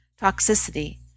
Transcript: toxicity